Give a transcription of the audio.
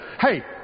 Hey